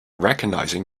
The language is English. recognizing